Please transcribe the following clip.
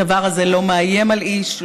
הדבר הזה לא מאיים על איש,